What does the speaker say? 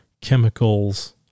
chemicals